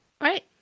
right